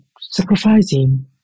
sacrificing